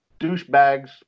douchebags